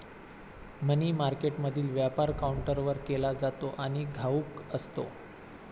मनी मार्केटमधील व्यापार काउंटरवर केला जातो आणि घाऊक असतो